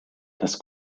das